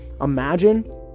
Imagine